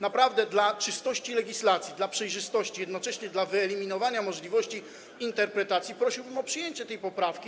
Naprawdę dla czystości legislacji, dla przejrzystości, jednocześnie dla wyeliminowania możliwości różnej interpretacji, prosiłbym o przyjęcie tej poprawki.